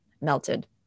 melted